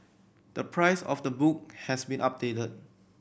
the price of the book has been updated